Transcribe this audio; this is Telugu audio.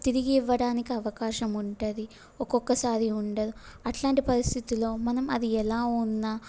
తిరిగి ఇవ్వడానికి అవకాశం ఉంటుంది ఒక్కొక్కసారి ఉండదు అలాంటి పరిస్థితిలో మనం అది ఎలా ఉన్న